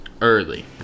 Early